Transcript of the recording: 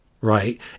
right